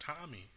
Tommy